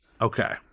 Okay